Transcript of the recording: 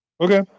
okay